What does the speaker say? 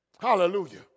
Hallelujah